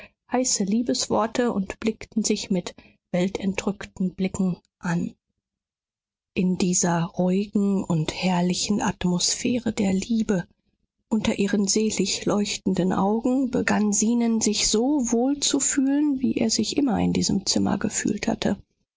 heiße liebesworte und blickten sich mit weltentrückten blicken an in dieser ruhigen und herrlichen atmosphäre der liebe unter ihren selig leuchtenden augen begann zenon sich so wohl zu fühlen wie er sich immer in diesem zimmer gefühlt hatte